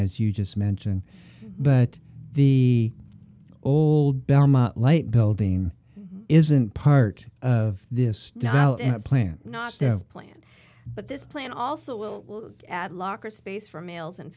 as you just mentioned but the old belmont light building isn't part of this now and plan not step plan but this plan also will add locker space for males and